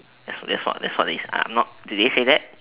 that's that's what that's what they sa~ I'm not did they say that